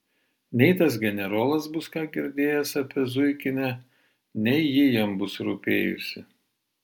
nei tas generolas bus ką girdėjęs apie zuikinę nei ji jam bus rūpėjusi